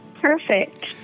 Perfect